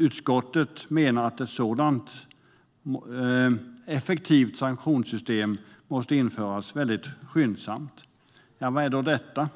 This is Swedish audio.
Utskottet menar också att ett effektivt sanktionssystem måste införas skyndsamt. Vad är då detta?